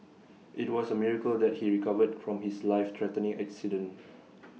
IT was A miracle that he recovered from his life threatening accident